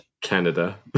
Canada